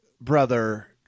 brother